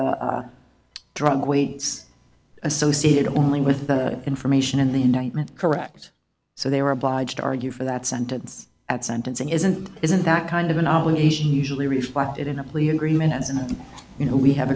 the drug wades associate only with the information in the indictment correct so they were obliged to argue for that sentence at sentencing isn't isn't that kind of an obligation usually reflected in a plea agreement as in the you know we have